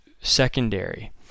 secondary